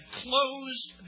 closed